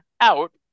out